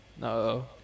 No